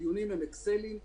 הדיונים הם אקסליים תקציביים.